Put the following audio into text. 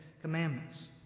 Commandments